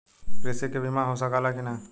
कृषि के बिमा हो सकला की ना?